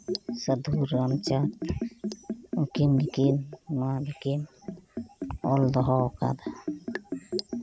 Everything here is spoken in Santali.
ᱥᱟᱹᱫᱷᱩ ᱨᱟᱢᱪᱟᱸᱫᱽ ᱩᱱᱠᱤᱱ ᱜᱮᱠᱤᱱ ᱱᱚᱶᱟ ᱫᱚᱠᱤᱱ ᱚᱞ ᱫᱚᱦᱚ ᱟᱠᱟᱫᱟ